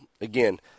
again